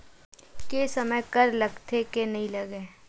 के समय कर लगथे के नइ लगय?